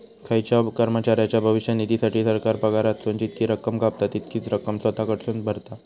खायच्याव कर्मचाऱ्याच्या भविष्य निधीसाठी, सरकार पगारातसून जितकी रक्कम कापता, तितकीच रक्कम स्वतः कडसून भरता